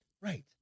Right